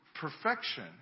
perfection